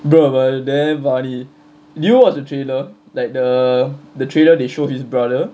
bro but damn funny did you watch the trailer like the the trailer they show his brother